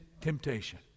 temptation